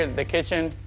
and the kitchen.